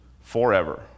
forever